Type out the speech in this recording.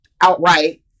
outright